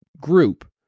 group